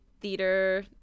theater